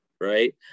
right